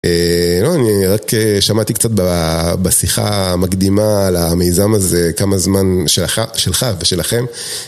לא, אני רק שמעתי קצת בשיחה המקדימה על המיזם הזה כמה זמן שלך ושלכם.